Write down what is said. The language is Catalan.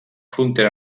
frontera